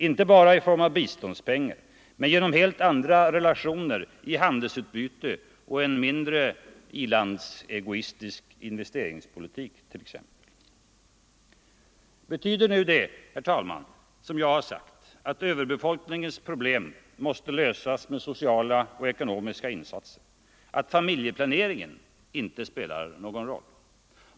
Inte bara i form av biståndspengar, men genom helt andra relationer i handelsutbytet och t.ex. en mindre i-landsegoistisk investeringspolitik. Betyder nu det som jag här sagt att överbefolkningens problem måste lösas med sociala och ekonomiska insatser, att familjeplaneringen inte spelar någon roll?